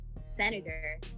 senator